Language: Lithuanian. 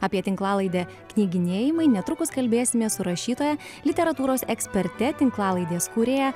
apie tinklalaidę knyginėjimai netrukus kalbėsimės su rašytoja literatūros eksperte tinklalaidės kūrėja